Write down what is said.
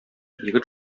егет